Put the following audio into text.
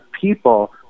people